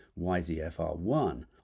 YZF-R1